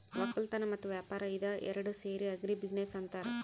ವಕ್ಕಲತನ್ ಮತ್ತ್ ವ್ಯಾಪಾರ್ ಇದ ಏರಡ್ ಸೇರಿ ಆಗ್ರಿ ಬಿಜಿನೆಸ್ ಅಂತಾರ್